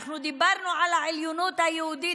אנחנו דיברנו על העליונות היהודית